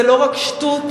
זה לא רק שטות,